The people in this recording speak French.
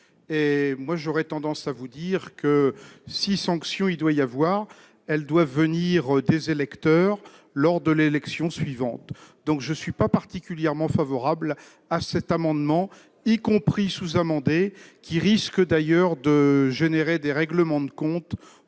j'aurais tendance à vous dire que si sanction il doit y avoir, elle doit venir des électeurs lors de l'élection suivante, donc je suis pas particulièrement favorable à cet amendement, y compris sous-amendé qui risque d'ailleurs de générer des règlements de compte